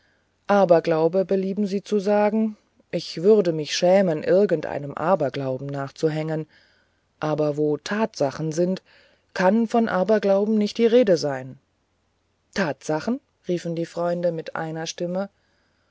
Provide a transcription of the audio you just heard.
aberglaube belieben sie zu sagen ich würde mich schämen irgend einem aberglauben nachzuhängen aber wo tatsachen sind kann von aberglauben nicht die rede sein tatsachen riefen die freunde mit einer stimme